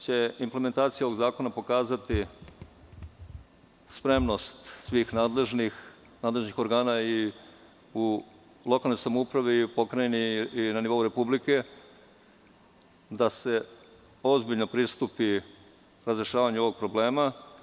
Verujem da će implementacija ovog zakona pokazati spremnost svih nadležnih organa u lokalnoj samoupravi, pokrajini i na nivou Republike da se ozbiljno pristupi razrešavanju ovog problema.